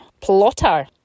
Plotter